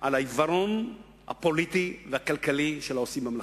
על העיוורון הפוליטי והכלכלי של העושים במלאכה.